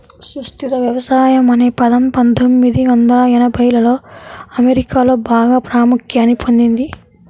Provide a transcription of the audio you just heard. సుస్థిర వ్యవసాయం అనే పదం పందొమ్మిది వందల ఎనభైలలో అమెరికాలో బాగా ప్రాముఖ్యాన్ని పొందింది